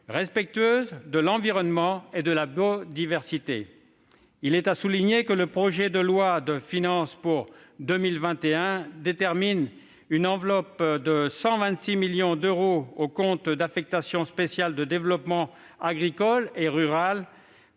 respectueuses de l'environnement et de la biodiversité. Il est à souligner que le projet de loi de finances pour 2021 alloue une enveloppe de 126 millions d'euros au compte d'affectation spéciale « Développement agricole et rural